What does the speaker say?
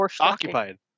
occupied